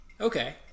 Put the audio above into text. Okay